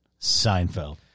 Seinfeld